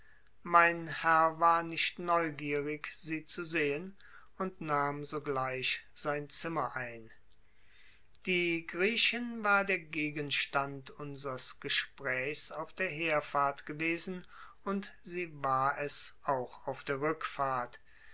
mein herr war nicht neugierig sie zu sehen und nahm sogleich sein zimmer ein die griechin war der gegenstand unsers gesprächs auf der herfahrt gewesen und sie war es auch auf der rückfahrt